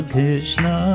Krishna